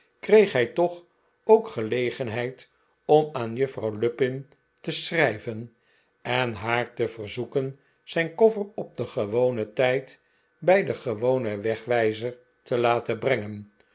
kreeg hij toch ook gelegenheid om aan juffrouw lupin te schrijven en haar te verzoeken zijn koffer op den gewonen tijd bij den gewonen wegwijzer te laten brengen